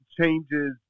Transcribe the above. changes